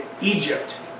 Egypt